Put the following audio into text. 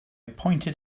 pointed